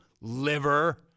liver